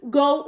go